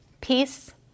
Peace